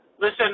Listen